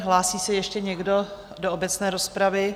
Hlásí se ještě někdo do obecné rozpravy?